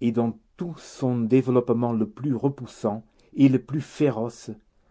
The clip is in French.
et dans tout son développement le plus repoussant et le plus féroce